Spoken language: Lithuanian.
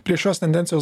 prie šios tendencijos